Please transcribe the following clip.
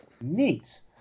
neat